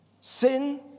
Sin